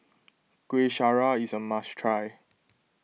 Kueh Syara is a must try